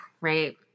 Right